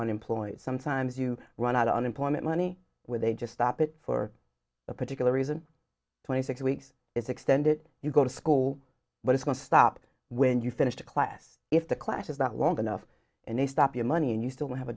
unemployed sometimes you run out of unemployment money where they just stop it for a particular reason twenty six weeks is extended you go to school but it's going to stop when you finish the class if the classes that long enough and they stop your money and you still